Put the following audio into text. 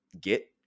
get